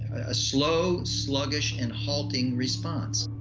a slow, sluggish, and halting response.